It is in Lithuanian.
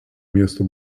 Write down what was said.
miesto